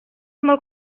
molt